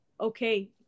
okay